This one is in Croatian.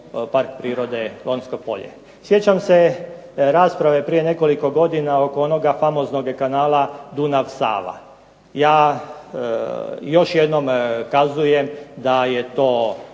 Sjećam se rasprave prije nekoliko godina oko onoga famoznog kanala Dunav-Sava. Ja još jednom kazujem da je to